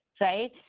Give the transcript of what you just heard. right